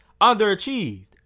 underachieved